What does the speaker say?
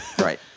Right